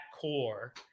core